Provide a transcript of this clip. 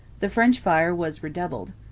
the french fire was redoubled.